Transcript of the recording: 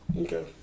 Okay